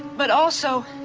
but also,